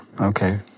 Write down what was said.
Okay